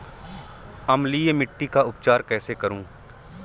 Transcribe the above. अम्लीय मिट्टी का उपचार कैसे करूँ?